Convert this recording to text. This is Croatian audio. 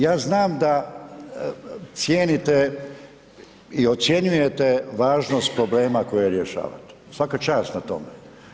Ja znam da cijenite i ocjenjujete važnost problema koje rješavate, svaka čast na tome.